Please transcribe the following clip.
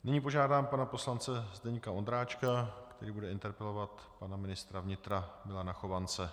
Nyní požádám pana poslance Zdeňka Ondráčka, který bude interpelovat pana ministra vnitra Milana Chovance.